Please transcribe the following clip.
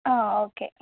okay